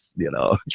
you know.